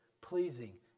pleasing